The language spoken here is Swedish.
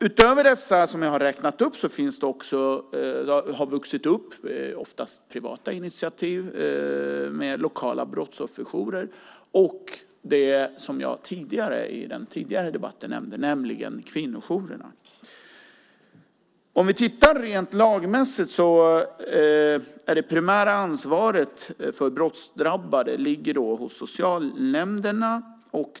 Utöver dessa som jag har nämnt har det vuxit upp privata initiativ med lokala brottsofferjourer och kvinnojourerna, som jag nämnde i den tidigare debatten. Om vi tittar rent lagmässigt ligger det primära ansvaret för brottsdrabbade hos socialnämnderna.